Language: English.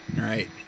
Right